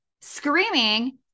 screaming